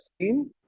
seen